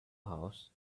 house